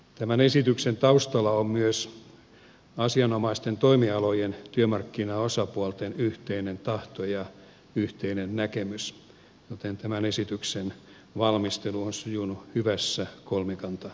tämän esityksen taustalla on myös asianomaisten toimialojen työmarkkinaosapuolten yhteinen tahto ja yhteinen näkemys joten tämän esityksen valmistelu on sujunut hyvässä kolmikantavalmistelussa